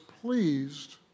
pleased